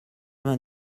vingt